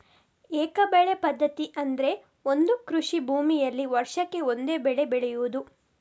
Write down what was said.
ಏಕ ಬೆಳೆ ಪದ್ಧತಿ ಅಂದ್ರೆ ಒಂದು ಕೃಷಿ ಭೂಮಿನಲ್ಲಿ ವರ್ಷಕ್ಕೆ ಒಂದೇ ಬೆಳೆ ಬೆಳೆಯುದು